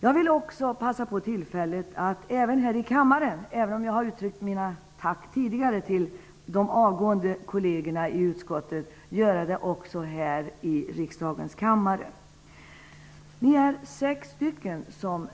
Jag vill också begagna tillfället att även här i riksdagens kammare -- jag har gjort det tidigare i utskottet -- rikta ett tack till mina avgående kolleger i utskottet. Sex ledamöter